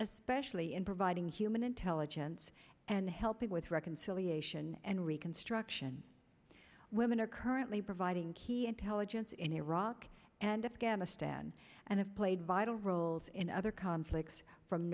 especially in providing human intelligence and helping with reconciliation and reconstruction women are currently providing key intelligence in iraq and afghanistan and have played vital roles in other conflicts from